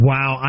Wow